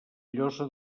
llosa